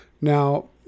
Now